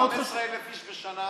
כשמכפישים אותם, 15,000 איש בשנה,